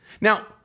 Now